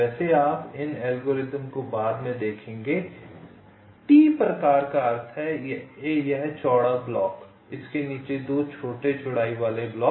वैसे आप इन एल्गोरिदम को बाद में देखेंगे T प्रकार का अर्थ है यह चौड़ा ब्लॉक और इसके नीचे 2 छोटे चौड़ाई वाले ब्लॉक